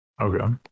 Okay